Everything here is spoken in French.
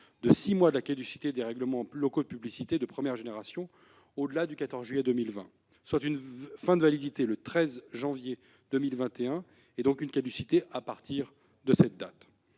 de six mois de la caducité des règlements locaux de publicité de première génération au-delà du 14 juillet 2020, soit une fin de validité le 13 janvier 2021. S'il peut paraître technique,